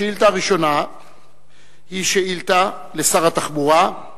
השאילתא הראשונה היא שאילתא לשר התחבורה,